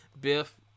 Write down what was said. biff